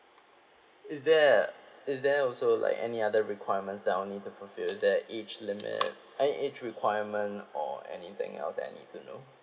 is there a is there also like any other requirements that I'll need to fulfill is there a age limit eh age requirement or anything else that I need to know